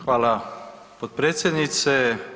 Hvala potpredsjednice.